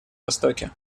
востоке